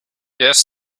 yet